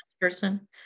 person